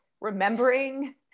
remembering